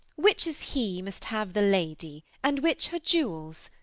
which is he must have the lady, and which her jewels?